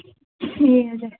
ए हजुर